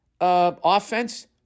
offense